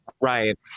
Right